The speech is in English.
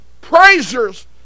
Praisers